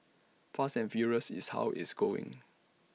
fast and furious is how is going